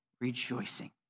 rejoicing